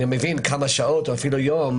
אני מבין כמה שעות או אפילו יום,